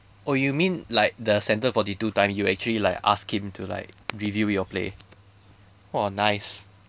oh you mean like the centre forty two time you actually like asked him to like review your play !wah! nice